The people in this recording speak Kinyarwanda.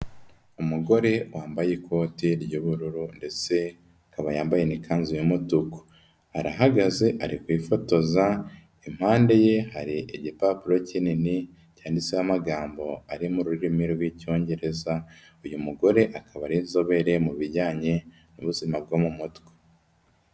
Umugore wambaye ikote ry'ubururu ndetse akaba yambaye n'ikanzu y'umutuku, arahagaze, ari kwifotoza, impande ye hari igipapuro kinini cyanditseho amagambo ari mu rurimi rw'icyongereza, uyu mugore akaba ari inzobere mu bijyanye n'ubuzima bwo mu mutwe.